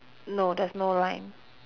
no there's no line